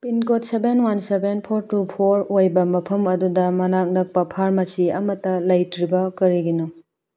pincode seven one seven four two four ꯑꯣꯏꯕ ꯃꯐꯝ ꯑꯗꯨꯗ ꯃꯅꯥꯛ ꯅꯛꯄ ꯐꯥꯔꯃꯥꯁꯤ ꯑꯃꯇ ꯂꯩꯇ꯭ꯔꯤꯕ ꯀꯔꯤꯒꯤꯅꯣ